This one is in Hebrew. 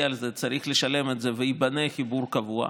לזה צריך לשלם את זה וייבנה חיבור קבוע,